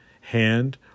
hand